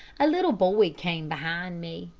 a little boy came behind me,